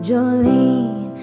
Jolene